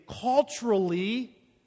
culturally